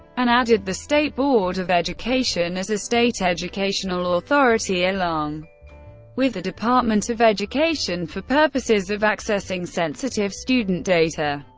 and added the state board of education as a state educational authority along with the department of education for purposes of accessing sensitive student data.